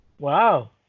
Wow